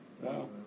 Wow